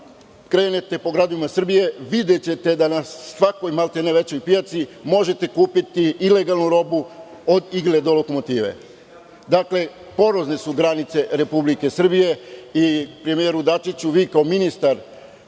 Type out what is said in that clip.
krenete po gradovima Srbije videćete da na svakoj većoj pijaci možete kupiti ilegalnu robu od igle do lokomotive. Porozne su granice Republike Srbije i premijeru Dačiću, vi kao ministar